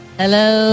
hello